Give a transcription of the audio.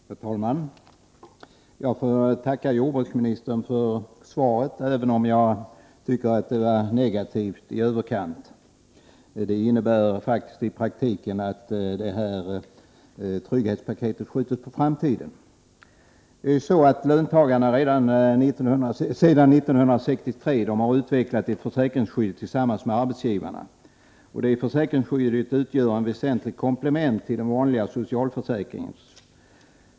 Herr talman! Jag får tacka jordbruksministern för svaret, även om jag tycker att det var negativt i överkant. Det innebär faktiskt i praktiken att framläggandet av detta trygghetspaket är skjutet på framtiden. Löntagarna har sedan 1963 utvecklat ett försäkringsskydd tillsammans med arbetsgivarna. Det försäkringsskyddet utgör ett väsentligt komplement till den vanliga socialförsäkringen.